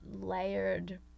layered